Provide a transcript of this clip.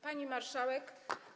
Pani Marszałek!